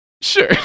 sure